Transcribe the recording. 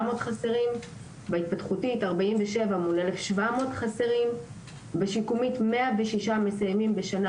חסרים; בהתפתחותית 47 מול 1,700 חסרים; בשיקומית 106 מסיימים בשנה,